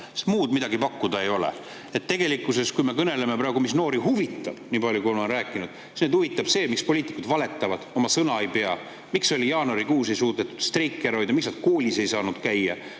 muud pakkuda ei ole. Tegelikkuses, kui me kõneleme praegu, mis noori huvitab – niipalju, kui me oleme rääkinud –, siis neid huvitab see, miks poliitikud valetavad ja oma sõna ei pea, miks jaanuarikuus ei suudetud streiki ära hoida, miks nad koolis ei saanud käia.